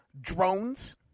drones